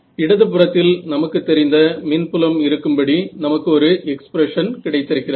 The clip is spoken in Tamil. இடது புறத்தில் நமக்குத் தெரிந்த மின்புலம் இருக்கும்படி நமக்கு ஒரு எக்ஸ்பிரஷன் கிடைத்திருக்கிறது